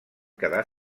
quedar